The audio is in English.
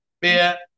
beer